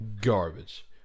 Garbage